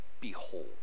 Behold